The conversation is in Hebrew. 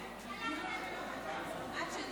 התשפ"ג 2023,